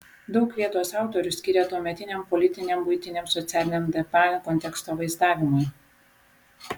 daug vietos autorius skiria tuometiniam politiniam buitiniam socialiniam dp konteksto vaizdavimui